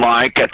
Mike